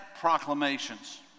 proclamations